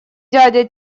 дядя